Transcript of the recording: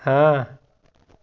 ਹਾਂ